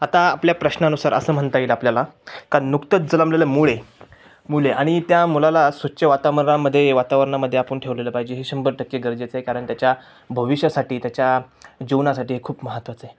आता आपल्या प्रश्नानुसार असं म्हणता येईल आपल्याला का नुकतंच जन्मलेलं मुल आहे मुल आहे आणि त्या मुलाला स्वच्छ वातावरणामध्ये वातावरणामध्ये आपण ठेवलेलं पाहिजे हे शंभर टक्के गरजेचं आहे कारण त्याच्या भविष्यासाठी त्याच्या जीवनासाठी हे खूप महत्वाचं आहे